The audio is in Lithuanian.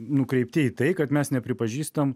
nukreipti į tai kad mes nepripažįstam